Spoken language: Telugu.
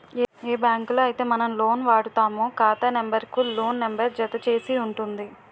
ఏ బ్యాంకులో అయితే మనం లోన్ వాడుతామో ఖాతా నెంబర్ కు లోన్ నెంబర్ జత చేసి ఉంటుంది